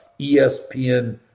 ESPN